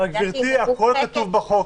הכול כתוב בחוק.